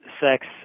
sex